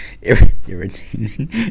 irritating